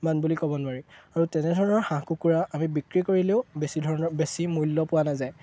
one বুলি ক'ব নোৱাৰি আৰু তেনেধৰণৰ হাঁহ কুকুৰা আমি বিক্ৰী কৰিলেও বেছি ধৰণৰ বেছি মূল্য পোৱা নাযায়